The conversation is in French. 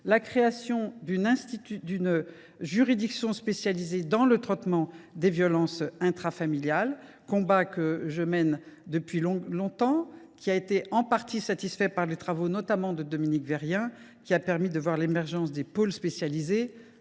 mais aussi d’une juridiction spécialisée dans le traitement des violences intrafamiliales, combat que je mène depuis longtemps et qui a été en partie satisfait par les travaux de Dominique Vérien, lesquels ont permis l’émergence des pôles spécialisés.